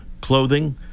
clothing